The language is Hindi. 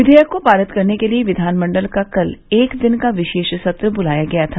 विधेयक को पारित करने के लिए विघानमण्डल का कल एक दिन का विशेष सत्र बुलाया गया था